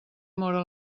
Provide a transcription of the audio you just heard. móra